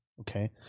Okay